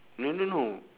no no no